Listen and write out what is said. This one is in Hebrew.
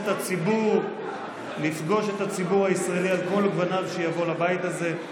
את הציבור הישראלי על כל גווניו שיבוא לבית הזה.